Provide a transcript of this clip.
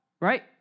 right